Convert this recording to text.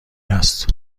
است